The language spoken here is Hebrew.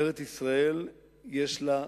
ארץ-ישראל יש לה נשמה,